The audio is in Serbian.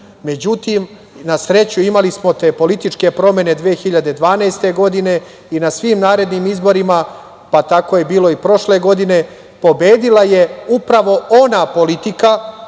nalazio.Međutim, na sreću imali smo te političke promene 2012. godine i na svim narednim izborima, pa tako je bilo i prošle godine, pobedila je upravo ona politika